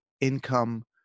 income